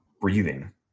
breathing